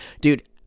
Dude